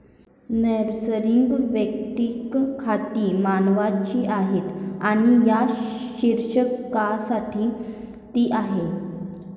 नैसर्गिक वैयक्तिक खाती मानवांची आहेत आणि या शीर्षकाखाली ती आहेत